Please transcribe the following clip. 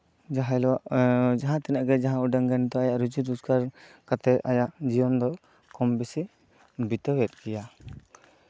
ᱡᱟᱦᱟᱸ ᱦᱤᱞᱳᱜ ᱡᱟᱦᱟᱸ ᱛᱤᱱᱟᱹᱜ ᱜᱮ ᱩᱰᱟᱹᱝ ᱜᱮ ᱱᱤᱛᱚᱜ ᱟᱭᱟᱜ ᱨᱩᱡᱤ ᱨᱳᱡᱜᱟᱨ ᱠᱟᱛᱮᱜ ᱟᱭᱟᱜ ᱡᱤᱭᱚᱱ ᱫᱚ ᱠᱚᱢ ᱵᱮᱥᱤ ᱵᱤᱛᱟᱹᱣ ᱮᱜ ᱜᱮᱭᱟ